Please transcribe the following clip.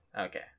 Okay